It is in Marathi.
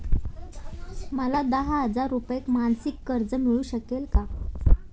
मला दहा हजार रुपये मासिक कर्ज मिळू शकेल का?